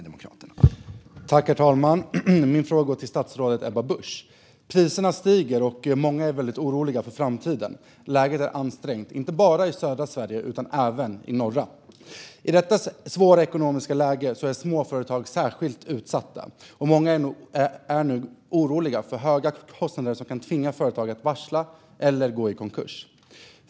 Herr talman! Min fråga går till statsrådet Ebba Busch. Priserna stiger, och många är oroliga för framtiden. Läget är ansträngt, inte bara i södra Sverige utan även i norra. I detta svåra ekonomiska läge är småföretag särskilt utsatta, och många är nu oroliga för att höga kostnader kan tvinga företagen att varsla eller gå i konkurs.